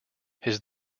his